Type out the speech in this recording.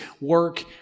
work